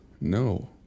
no